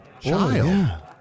child